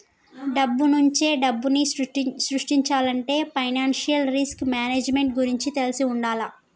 డబ్బునుంచే డబ్బుని సృష్టించాలంటే ఫైనాన్షియల్ రిస్క్ మేనేజ్మెంట్ గురించి తెలిసి వుండాల